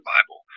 Bible